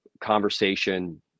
conversation